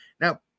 now